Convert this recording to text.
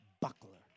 buckler